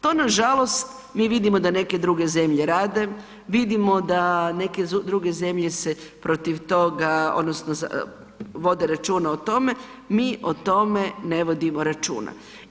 To nažalost mi vidimo da neke druge zemlje rade, vidimo da neke druge zemlje se protiv toga odnosno vode računa o tome, mi o tome ne vodimo računa.